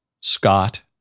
Scott